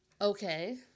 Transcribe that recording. Okay